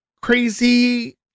crazy